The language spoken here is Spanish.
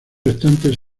restantes